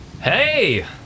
Hey